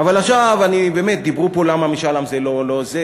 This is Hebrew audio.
אבל דיברו פה למה משאל עם זה לא זה,